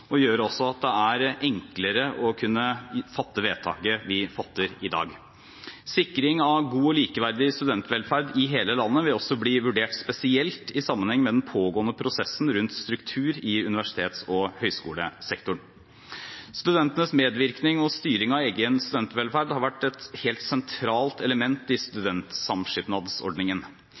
og gjør også at det er enklere å kunne fatte vedtaket vi fatter i dag. Sikring av god og likeverdig studentvelferd i hele landet vil også bli vurdert spesielt i sammenheng med den pågående prosessen rundt struktur i universitets- og høyskolesektoren. Studentenes medvirkning og styring av egen studentvelferd har vært et helt sentralt element i